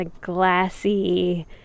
glassy